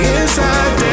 inside